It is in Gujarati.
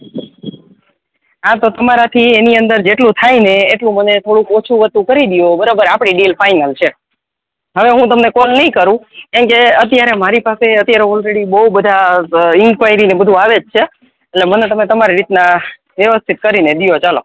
આ તો તમારાથી એની અંદર જેટલું થાય ને એટલું બધું ઓછુ વધ્તુકરી લો આપની ડીલ ફાઇનલ છે હવે હું તમને કૉલ નઈ કરું કેમ કે અત્યારે મારી પાસે ઓલરેડી બધા આઈઇડી ને બધા આવે છે એટલે મને તમારી રીત ના બધું વ્યવસ્થિત કરી ને દયો હાલો